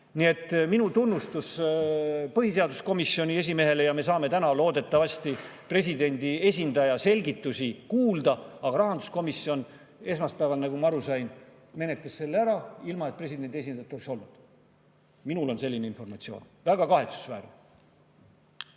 Nii et minu tunnustus põhiseaduskomisjoni esimehele ja täna me saame loodetavasti presidendi esindaja selgitusi kuulda. Aga rahanduskomisjon esmaspäeval, nagu ma aru sain, menetles selle ära, ilma et presidendi esindajat oleks [kohal] olnud. Minul on selline informatsioon. Väga kahetsusväärne!